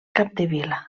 capdevila